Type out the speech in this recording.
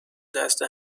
دست